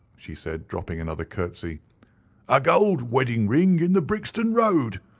she said, dropping another curtsey a gold wedding ring in the brixton road.